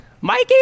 Mikey